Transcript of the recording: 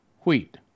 wheat